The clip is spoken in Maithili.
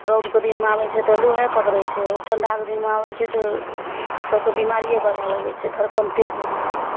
रौदके दिनमे आबै छै तऽ लूहे पकड़ै छै ठंढाके दिनमे आबै छै तऽ सबके बिमारिये बढ़ए लगै छै धड़कन तेज हो जाइ छै